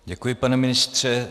Děkuji, pane ministře.